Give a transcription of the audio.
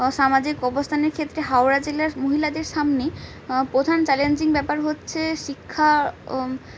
সামাজিক অবস্থানের ক্ষেত্রে হাওড়া জেলার মহিলাদের সামনে প্রধান চ্যালেঞ্জিং ব্যাপার হচ্ছে শিক্ষা